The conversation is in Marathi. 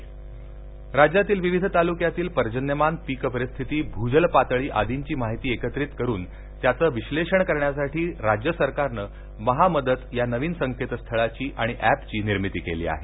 महा मदत राज्यातील विविध तालुक्यातील पर्जन्यमान पीक परिस्थिती भूजल पातळी आदींची माहिती एकत्रित करून त्याचं विश्सेषण करण्यासाठी राज्य सरकारनं महा मदत या नवीन संकेतस्थळाची आणि एपची निर्मिती केली आहे